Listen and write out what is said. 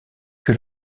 que